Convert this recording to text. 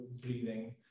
breathing